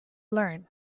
learn